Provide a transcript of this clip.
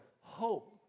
hope